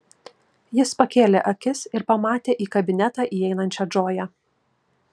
jis pakėlė akis ir pamatė į kabinetą įeinančią džoją